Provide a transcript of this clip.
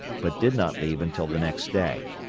but did not leave until the next day.